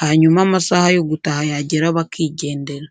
hanyuma amasaha yo gutaha yagera bakigendera.